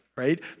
right